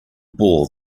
ball